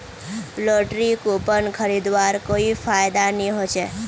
lottery coupon खरीदवार कोई फायदा नी ह छ